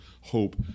hope